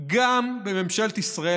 גם בממשלת ישראל,